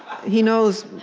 he knows.